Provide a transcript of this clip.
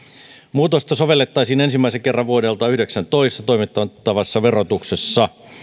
muutosta sovellettaisiin ensimmäisen kerran vuodelta yhdeksäntoista toimitettavassa verotuksessa